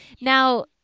Now